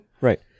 Right